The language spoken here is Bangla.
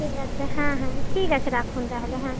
ঠিক আছে হ্যাঁ হ্যাঁ ঠিক আছে রাখুন তাহলে হ্যাঁ